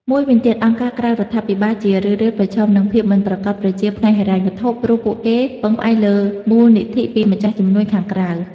មួយវិញទៀតអង្គការក្រៅរដ្ឋាភិបាលជារឿយៗប្រឈមនឹង ភាពមិនប្រាកដប្រជាផ្នែកហិរញ្ញវត្ថុ ព្រោះពួកគេពឹងផ្អែកលើមូលនិធិពីម្ចាស់ជំនួយខាងក្រៅ។